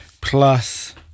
plus